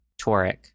toric